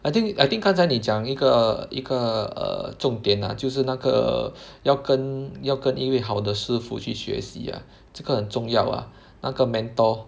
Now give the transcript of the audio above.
I think I think 刚才你讲一个一个 err 重点 ah 就是那个要跟要跟一位好的师傅去学习 ah 这个很重要 ah 那个 mentor